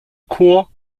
korps